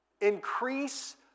Increase